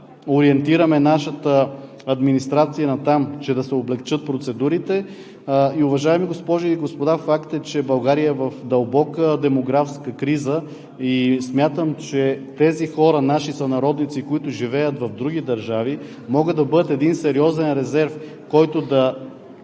ориентираме нашата администрация натам, че да се облекчат процедурите. Уважаеми госпожи и господа, факт е, че България е в дълбока демографска криза, и смятам, че тези хора, наши сънародници, които живеят в други държави, могат да бъдат един сериозен резерв, който да